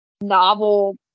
novel